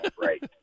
right